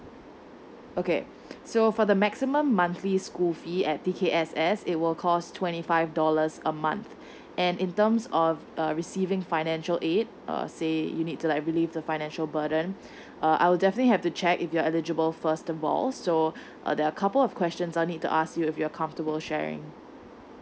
okay so for the maximum monthly school fee at T_K_S_S it will cost twenty five dollars a month and in terms of uh receiving financial aid uh say you need to like relieve the financial burden uh I'll definitely have to check if you're eligible first of all so uh there are a couple of questions I need to ask you if you're comfortable sharing